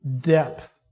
depth